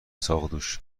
ساقدوش